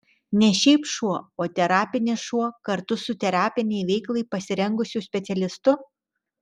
ne šiaip šuo o terapinis šuo kartu su terapinei veiklai pasirengusiu specialistu